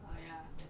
yup